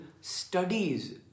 studies